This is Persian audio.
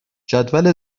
جدول